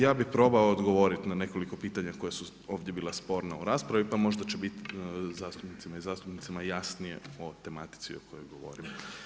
Ja bih probao odgovoriti na nekoliko pitanja koja su ovdje bila sporna u raspravi pa možda će biti zastupnicima i zastupnicima jasnije o tematici o kojoj govorim.